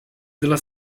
della